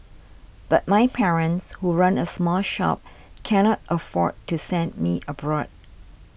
but my parents who run a small shop cannot afford to send me abroad